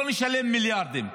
לא נשלם מיליארדים.